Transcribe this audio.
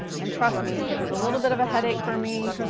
and trust me, it was a little bit of a headache for me.